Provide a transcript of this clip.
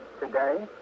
today